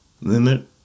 Limit